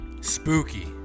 Spooky